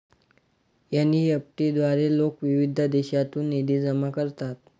NEFT द्वारे लोक विविध देशांतून निधी जमा करतात